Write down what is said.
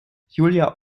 julia